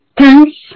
thanks